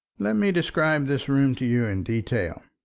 let me describe this room to you in detail.